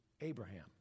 Abraham